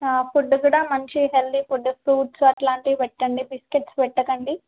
food కూడా మంచి healthy food fruits అట్లాంటివి పెట్టండి బిస్కెట్స్ పెట్టకండి